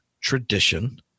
tradition